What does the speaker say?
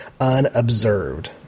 unobserved